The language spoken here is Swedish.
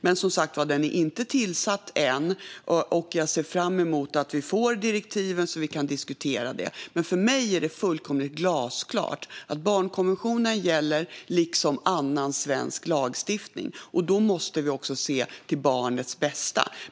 Men, som sagt, den är inte tillsatt än, och jag ser fram emot att vi får direktiven så att vi kan diskutera dem. För mig är det fullkomligt glasklart att barnkonventionen gäller, liksom annan svensk lagstiftning, och då måste vi också se till barnets bästa.